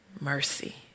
mercy